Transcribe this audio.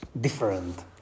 different